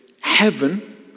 heaven